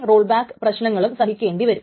അപ്പോൾ വീണ്ടും ഇത് തെറ്റായിട്ടു വരുന്നു